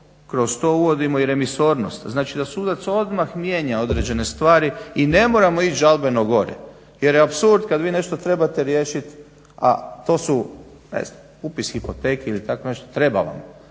kroz to uvodimo i remisornost, znači da sudac odmah mijenja određene stvari i ne moramo ići žalbeno gore jer je apsurd kada vi nešto trebate riješiti, a to su ne znam upis hipoteke ili tako nešto trebalo